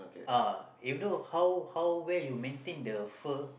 uh even though how how well you maintain the fur